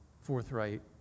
forthright